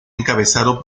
encabezado